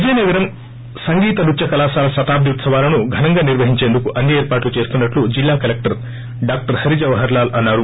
విజయనగరం సంగీత నృత్య కళాశాల శతాబ్ది ఉత్సవాలను ఘనంగా నిర్వహించేందుకు అన్ని ఏర్పాట్లు చేస్తున్సట్లు జిల్లా కలెక్టర్ డాక్టర్ హరిజవహర్ లాల్ అన్నారు